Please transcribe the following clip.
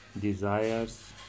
desires